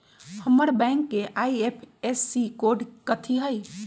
हमर बैंक के IFSC code कथि हई?